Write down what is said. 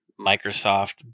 Microsoft